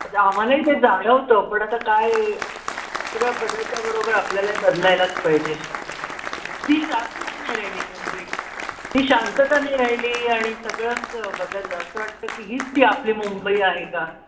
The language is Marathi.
तर आम्हालाही ते जाणवतं पण आता काय सगळं बदलत्या बरोबर आपल्यालाही बदलायलाच पाहिजे ती शांतता नाही राहिली मुंबईत ती शांतता नाही राहिली आणि सगळंच बदललं असं वाटतं की हीच ती आपली मुंबई आहे का